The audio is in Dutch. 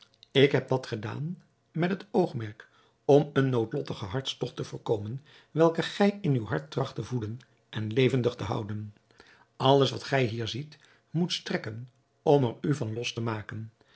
ik dat gedaan met oogmerk om een noodlottigen hartstogt te voorkomen welken gij in uw hart tracht te voeden en levendig te houden alles wat gij hier ziet moet strekken om er u van los te maken